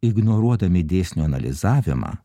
ignoruodami dėsnio analizavimą